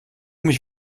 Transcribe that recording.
mich